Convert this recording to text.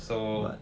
so